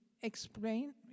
explain